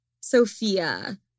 Sophia